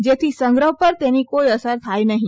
જેથી સંગ્રહ પર તેની કોઈ અસર થાય નહી